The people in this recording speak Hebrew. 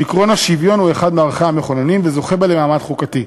שעקרון השוויון הוא אחד מערכיה המכוננים והוא זוכה בה למעמד חוקתי.